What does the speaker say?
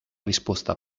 risposta